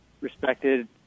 respected